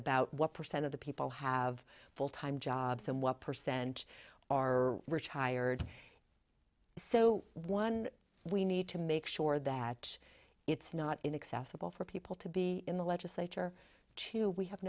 about one percent of the people have full time jobs and one percent are rich hired so one we need to make sure that it's not inaccessible for people to be in the legislature to we have